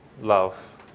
love